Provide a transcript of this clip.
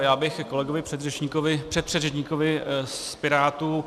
Já bych ke kolegovi předřečníkovi, předpředřečníkovi z Pirátů.